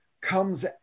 comes